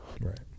Right